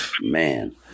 man